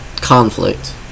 conflict